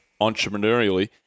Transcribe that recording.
entrepreneurially